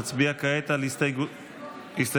נצביע כעת על הסתייגות מס'